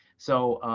so